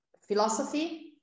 philosophy